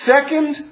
Second